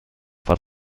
far